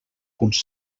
punts